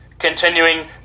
Continuing